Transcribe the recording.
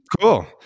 Cool